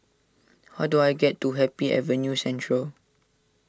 how do I get to Happy Avenue Central